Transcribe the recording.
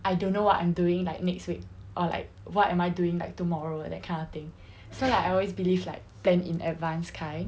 I don't know what I'm doing like next week or like what am I doing like tomorrow that kind of thing so like I always believe like plan in advance kind